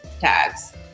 tags